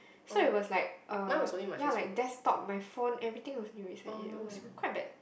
so I was like uh ya like desktop my phone everything also need resign in it was quite bad